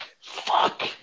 fuck